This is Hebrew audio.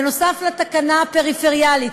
נוסף על התקנה הפריפריאלית.